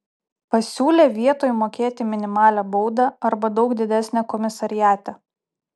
pasiūlė vietoj mokėti minimalią baudą arba daug didesnę komisariate